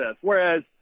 Whereas